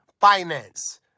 finance